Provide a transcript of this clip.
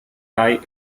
tie